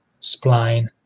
spline